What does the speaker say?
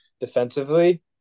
defensively